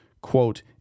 Quote